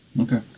okay